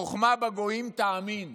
חוכמה בגויים תאמין,